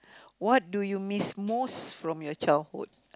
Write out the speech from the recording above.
what do you miss most from your childhood